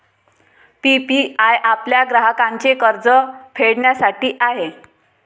PPI आपल्या ग्राहकांचे कर्ज फेडण्यासाठी आहे